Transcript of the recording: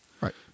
Right